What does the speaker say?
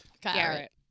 Garrett